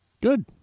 Good